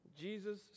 Jesus